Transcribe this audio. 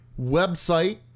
website